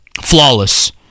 flawless